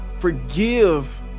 Forgive